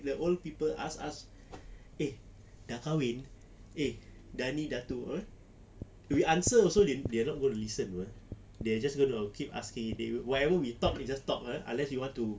when old people ask us eh dah kahwin eh dah ni dah tu you answer also they are not gonna listen [pe] they just gonna keep asking whatever we talk they just talk [pe] unless you want to